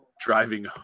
driving